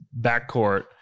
backcourt